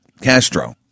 Castro